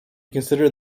considered